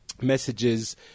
messages